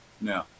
No